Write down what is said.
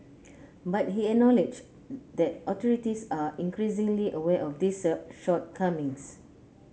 but he acknowledged that authorities are increasingly aware of these shortcomings